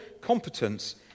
competence